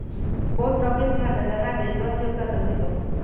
post office मधना धनादेश दोन दिवसातच इलो